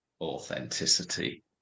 authenticity